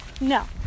No